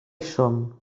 som